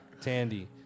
Tandy